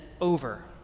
over